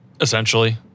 essentially